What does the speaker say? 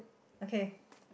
okay